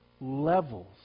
levels